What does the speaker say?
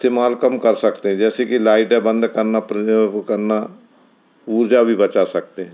इस्तेमाल कम कर सकते हैं जैसे की लाइटें बंद करना पर जे वो करना ऊर्जा भी बचा सकते हैं